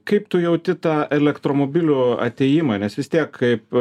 kaip tu jauti tą elektromobilių atėjimą nes vis tiek kaip